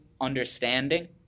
understanding